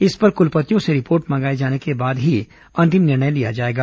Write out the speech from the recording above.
इस पर कुलपतियों से रिपोर्ट मंगाए जाने के बाद ही अंतिम निर्णय लिया जाएगा